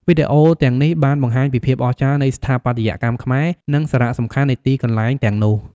វីដេអូទាំងនេះបានបង្ហាញពីភាពអស្ចារ្យនៃស្ថាបត្យកម្មខ្មែរ និងសារៈសំខាន់នៃទីកន្លែងទាំងនោះ។